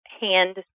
hand